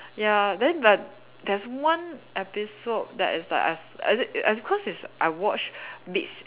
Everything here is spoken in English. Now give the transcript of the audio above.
ya then but there's one episode that is like I s~ is it it's cause is I watch bits